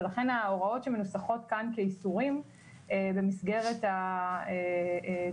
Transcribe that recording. ולכן ההוראות שמנוסחות כאן כאיסורים במסגרת התקנות,